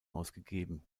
ausgegeben